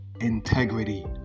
integrity